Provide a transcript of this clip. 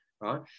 right